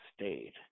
State